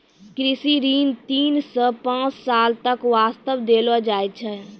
कृषि ऋण तीन सॅ पांच साल तक वास्तॅ देलो जाय छै